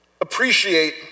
appreciate